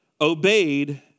obeyed